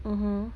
mmhmm